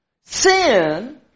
Sin